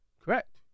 Correct